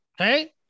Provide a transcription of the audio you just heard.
Okay